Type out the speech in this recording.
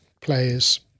players